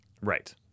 Right